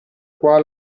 qua